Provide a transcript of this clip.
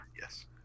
yes